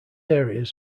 areas